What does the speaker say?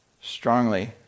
strongly